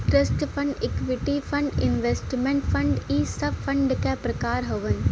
trust fund equity fund investment fund इ सब fund क प्रकार हउवन